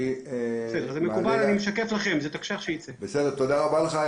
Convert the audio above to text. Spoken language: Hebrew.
תודה רבה לך.